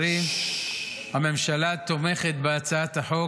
הממשלה תומכת בהצעת החוק,